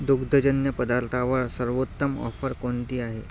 दुग्धजन्य पदार्थांवर सर्वोत्तम ऑफर कोणती आहे